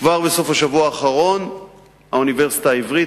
כבר בסוף השבוע האחרון האוניברסיטה העברית